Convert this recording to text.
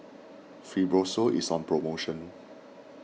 Fibrosol is on promotion